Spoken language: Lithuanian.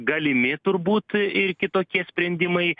galimi turbūt ir kitokie sprendimai